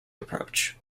approach